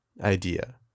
idea